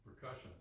Percussion